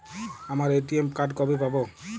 আমার ATM card কবে পাব?